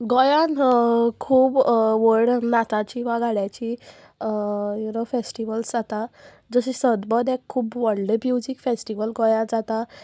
गोंयान खूब व्हड नाचाची वा गाड्याची यु नो फेस्टिवल्स जाता जशें सदभद एक खूब व्हडलें म्युजीक फेस्टिवल गोंयांत जाता